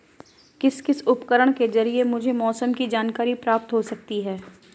किस किस उपकरण के ज़रिए मुझे मौसम की जानकारी प्राप्त हो सकती है?